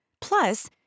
Plus